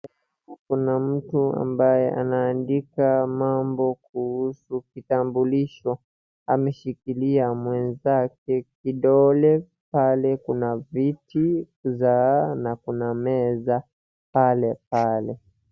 Kuna mtu ambaye anaandika mambo kuhusu kitambulisho. Ameshikilia mwenzake kidole. Pale kuna viti za na kuna meza pale pale.